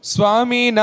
Swami